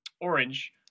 orange